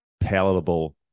palatable